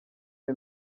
ari